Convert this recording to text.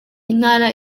intara